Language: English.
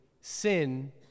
sin